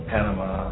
Panama